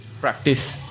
Practice